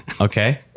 Okay